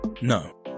no